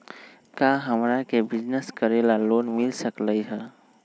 का हमरा के बिजनेस करेला लोन मिल सकलई ह?